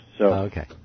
Okay